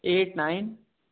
eight nine